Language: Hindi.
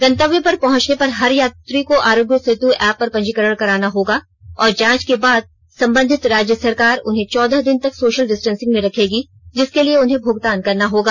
गंतव्य पर पहंचने पर हर यात्री को आरोग्य सेतु ऐप पर पंजीकरण कराना होगा और जांच के बाद संबंधित राज्य सरकार उन्हें चौदह दिन तक सोषल डिस्टेंसिंग में रखेगी जिसके लिए उन्हें भुगतान करना होगा